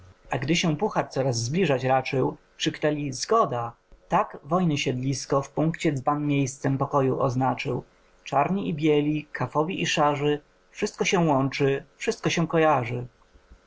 a gdy się puhar coraz zbliżać raczył krzyknęli zgoda tak wojny siedlisko w punkcie dzban miejscem pokoju oznaczył czarni i bieli kafowi i szarzy wszystko się łączy wszystko się